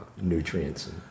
nutrients